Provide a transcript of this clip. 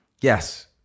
Yes